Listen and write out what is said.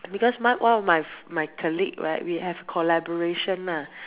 because my one of my my colleague right we have collaboration lah